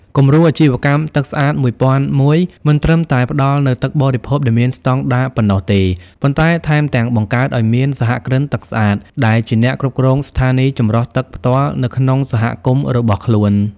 គំរូអាជីវកម្ម ទឹកស្អាត ១០០១ មិនត្រឹមតែផ្ដល់នូវទឹកបរិភោគដែលមានស្ដង់ដារប៉ុណ្ណោះទេ ប៉ុន្តែថែមទាំងបង្កើតឱ្យមាន "សហគ្រិនទឹកស្អាត" ដែលជាអ្នកគ្រប់គ្រងស្ថានីយចម្រោះទឹកផ្ទាល់នៅក្នុងសហគមន៍របស់ខ្លួន។